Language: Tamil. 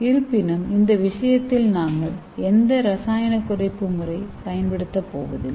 இருப்பினும் இந்தவிஷயத்தில் நாங்கள் எந்த இரசாயன குறைப்பு முறை பயன்படுத்தப் போவதில்லை